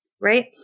right